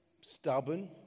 stubborn